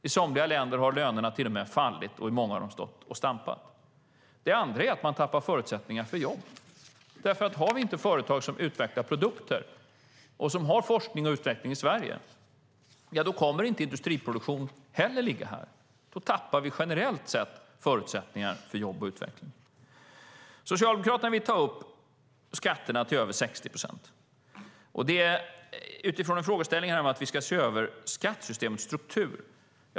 I somliga länder har lönerna till och med fallit, och i många länder har de stått och stampat. Dessutom förlorar man förutsättningar för jobb. Har vi inte företag som utvecklar produkter och som har forskning och utveckling i Sverige kommer inte heller industriproduktion att ligga här. Då förlorar vi generellt sett förutsättningar för jobb och utveckling. Socialdemokraterna vill höja skatterna till över 60 procent, detta utifrån en frågeställning här om att vi ska se över skattesystemets struktur.